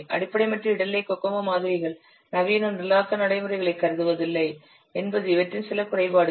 அடிப்படை மற்றும் இடைநிலை கோகோமோ மாதிரிகள் நவீன நிரலாக்க நடைமுறைகளை கருதுவதில்லை என்பது இவற்றின் சில குறைபாடுகள்